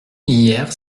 hier